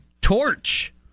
torch